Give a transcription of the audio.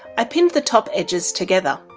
i pinned the top edges together.